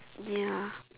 ya